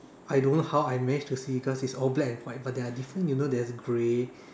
I don't know how I manage to see cause it's all black and white but there are different you know there's grey